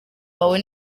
wawe